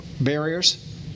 barriers